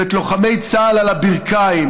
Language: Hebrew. ואת לוחמי צה"ל על הברכיים,